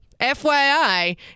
FYI